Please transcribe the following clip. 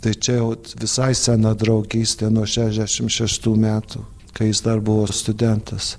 tai čia jau visai sena draugystė nuo šešdešim šeštų metų kai jis dar buvo studentas